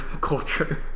culture